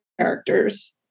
characters